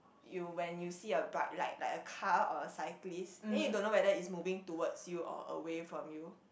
you when you see a bike like like a car or cyclist then you don't know whether is moving towards you or away from you